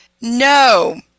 No